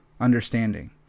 understanding